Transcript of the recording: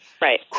Right